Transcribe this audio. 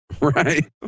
Right